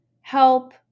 help